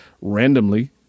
randomly